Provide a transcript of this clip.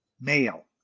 Male